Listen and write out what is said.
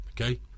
okay